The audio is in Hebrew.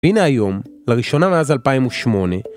הנה היום, לראשונה מאז 2008